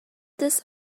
this